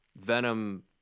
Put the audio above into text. Venom